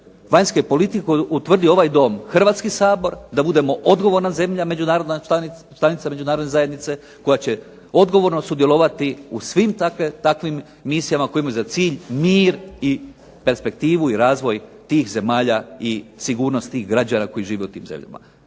vanjske politike koju je utvrdio ovaj Dom, Hrvatski sabor, da budemo odgovorna zemlja članica Međunarodne zajednice koja će odgovorno sudjelovati u takvim misijama koje imaju za cilj mir, perspektivu, razvoj tih zemalja i sigurnost tih građana koji žive u tim zemljama,